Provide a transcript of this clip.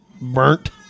burnt